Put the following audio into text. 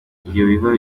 biba